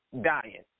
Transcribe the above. dying